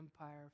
Empire